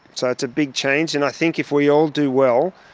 so it's a big change and i think if we all do well,